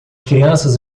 crianças